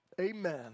amen